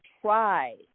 Try